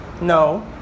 No